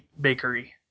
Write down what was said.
Bakery